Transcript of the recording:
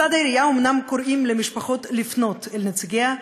מצד העירייה אומנם קוראים למשפחות לפנות אל נציגיה,